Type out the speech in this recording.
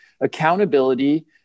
accountability